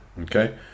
Okay